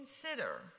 consider